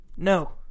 No